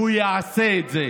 והוא יעשה את זה.